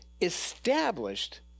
established